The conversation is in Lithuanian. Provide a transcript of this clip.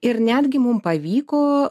ir netgi mum pavyko